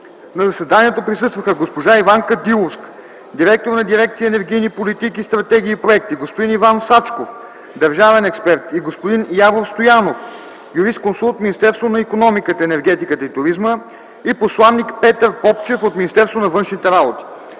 На заседанието присъстваха госпожа Иванка Диловска – директор на дирекция „Енергийни политики, стратегии и проекти”, господин Иван Сачков – държавен експерт, и господин Явор Стоянов – юрисконсулт в Министерството на икономиката, енергетиката и туризма, и посланик Петър Попчев от Министерството на външните работи.